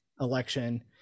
election